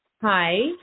Hi